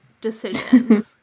decisions